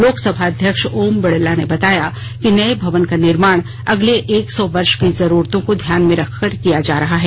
लोकसभा अध्यक्ष ओम बिड़ला ने बताया कि नए भवन का निर्माण अगले एक सौ वर्ष की जरूरतों को ध्यान में रखकर किया जा रहा है